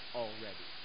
already